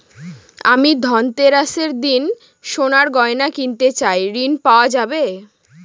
আমি ধনতেরাসের দিন সোনার গয়না কিনতে চাই ঝণ পাওয়া যাবে?